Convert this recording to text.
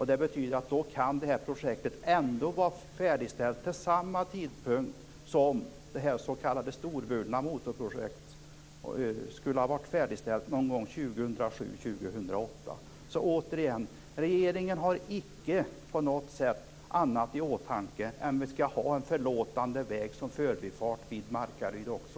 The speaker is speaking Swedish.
Det betyder att detta projekt ändå kan vara färdigställt till samma tidpunkt som det s.k. storvulna motorprojektet skulle ha varit färdigställt - någon gång Återigen: Regeringen har icke på något sätt annat i åtanke än att vi skall ha en "förlåtande" väg som förbifart vid Markaryd också.